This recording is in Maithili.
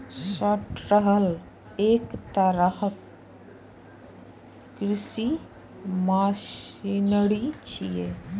सॉर्टर एक तरहक कृषि मशीनरी छियै